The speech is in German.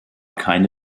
keine